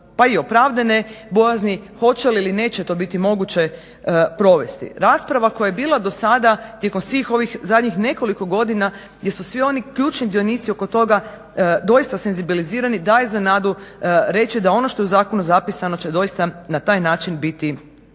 pa i opravdane bojazni hoće li ili neće to biti moguće provesti. Rasprava koja je bila dosada tijekom svih ovih zadnjih nekoliko godina gdje su svi oni ključni dionici oko toga doista senzibilizirani daje za nadu reći da ono što je u zakonu zapisano će doista na taj način biti